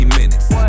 minutes